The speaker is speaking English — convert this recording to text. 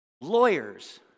Lawyers